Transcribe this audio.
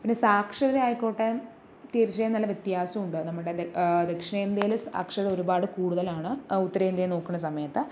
പിന്നെ സാക്ഷരത ആയിക്കോട്ടെ തീർച്ചയായും നല്ല വ്യത്യാസമുണ്ട് നമ്മുടെ ദക്ഷിണേന്ത്യയിൽ സാക്ഷരത ഒരുപാട് കൂടുതലാണ് ഉത്തരേന്ത്യയെ നോക്കുകയാണെ സമയത്ത്